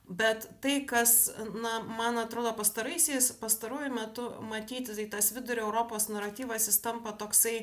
bet tai kas na man atrodo pastaraisiais pastaruoju metu matyti tai tas vidurio europos naratyvas jis tampa toksai